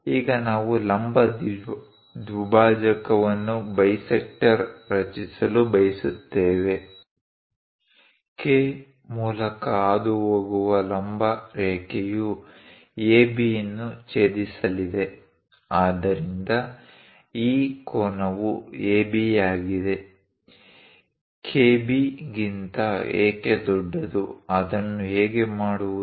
ಈಗ ನಾವು ಲಂಬ ದ್ವಿಭಾಜಕವನ್ನು ರಚಿಸಲು ಬಯಸುತ್ತೇವೆ K ಮೂಲಕ ಹಾದುಹೋಗುವ ಲಂಬ ರೇಖೆಯು AB ಯನ್ನು ಛೇದಿಸಲಿದೆ ಆದ್ದರಿಂದ ಈ ಕೋನವು AB ಆಗಿದೆ KB ಗಿಂತ AK ದೊಡ್ಡದು ಅದನ್ನು ಹೇಗೆ ಮಾಡುವುದು